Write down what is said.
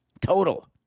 total